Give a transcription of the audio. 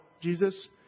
Jesus